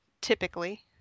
typically